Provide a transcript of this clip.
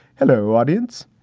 hello, audience.